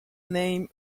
name